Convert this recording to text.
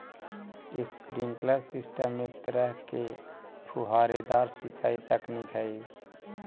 sprinkler system एक तरह के फुहारेदार सिंचाई तकनीक हइ